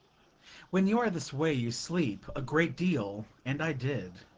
when you are this way you sleep a great deal, and i did.